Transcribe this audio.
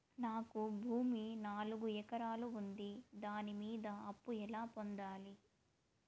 నాకు భూమి నాలుగు ఎకరాలు ఉంది దాని మీద అప్పు ఎలా పొందాలి?